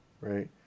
right